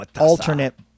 alternate